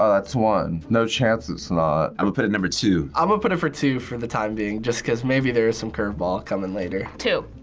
ah that's one, no chance it's not. i would put it number two. i'm gonna ah put it for two for the time being, just cause maybe there's some curve ball coming later. two,